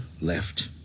left